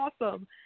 awesome